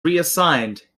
reassigned